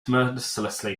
mercilessly